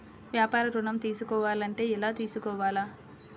వ్యాపార ఋణం తీసుకోవాలంటే ఎలా తీసుకోవాలా?